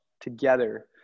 together